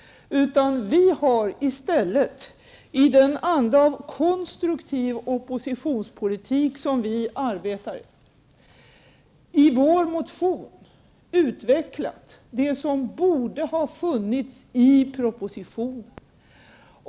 Vi har i stället, i den anda av konstruktiv oppositionspolitik som vi arbetar i, i vår motion utvecklat det som borde ha funnits i propositionen.